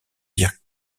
dire